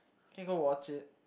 can go watch it